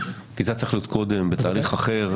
כי זה צריך להיות קודם בתהליך אחר,